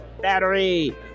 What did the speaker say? battery